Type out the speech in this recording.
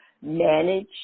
manage